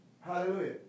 Hallelujah